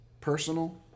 personal